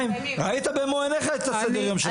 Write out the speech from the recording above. --- ראית במו עיניך את סדר היום שלו.